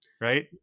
Right